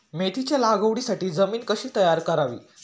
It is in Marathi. मेथीच्या लागवडीसाठी जमीन कशी तयार करावी?